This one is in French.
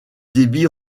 débit